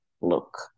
look